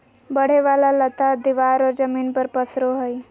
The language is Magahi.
बढ़े वाला लता दीवार और जमीन पर पसरो हइ